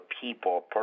people